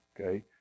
okay